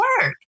work